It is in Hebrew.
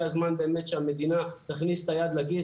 הזמן באמת שהמדינה תכניס את היד לכיס.